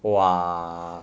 !wah!